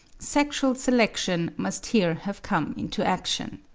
sexual selection must here have come into action.